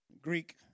Greek